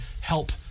help